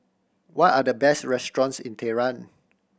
what are the best restaurants in Tehran